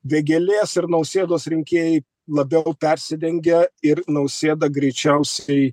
vėgėlės ir nausėdos rinkėjai labiau persidengia ir nausėda greičiausiai